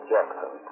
Jackson